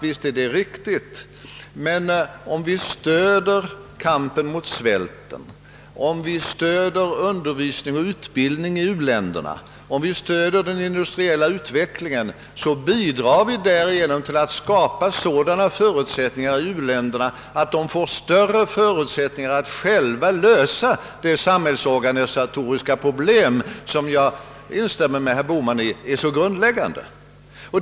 Visst är det riktigt: Men om vi stöder kampen mot svälten, om vi stöder undervisning, utbildning och industriell utveckling i u-länderna, bidrar vi till att skapa sådana förutsättningar i uländerna, att de får större möjligheter att själva lösa de samhällsorganisatoriska problem som — det instämmer jag med herr Bohman i — är så grundläggande.